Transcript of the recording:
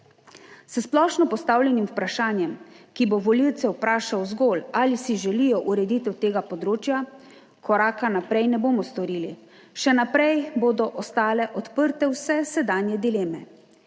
S splošno postavljenim vprašanjem, ki bo volivce vprašal zgolj, ali si želijo ureditev tega področja, koraka naprej ne bomo storili. Še naprej bodo ostale odprte vse sedanje dileme,